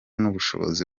n’ubushobozi